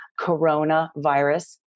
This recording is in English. coronavirus